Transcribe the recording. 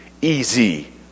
easy